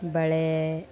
ಬಳೆ